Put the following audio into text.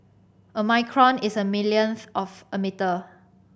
a micron is a millionth of a metre